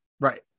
right